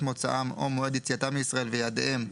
מוצאם או מועד יציאתם מישראל ויעדיהם,